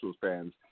fans